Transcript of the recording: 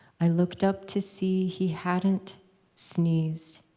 i looked up to see he hadn't sneezed.